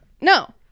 No